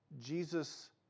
Jesus